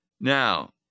Now